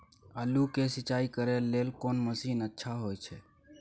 आलू के सिंचाई करे लेल कोन मसीन अच्छा होय छै?